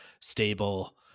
stable